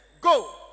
Go